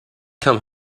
come